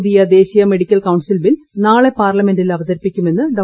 പുതിയ ദേശീയ medical council bill നാളെ പാർലമെന്റിൽ അവതരിപ്പിക്കുമെന്ന് ഡോ